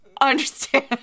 understand